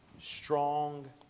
strong